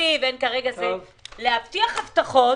תקציב כדי להבטיח הבטחות